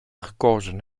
gekozen